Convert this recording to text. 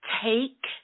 take